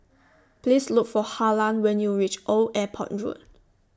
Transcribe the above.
Please Look For Harlan when YOU REACH Old Airport Road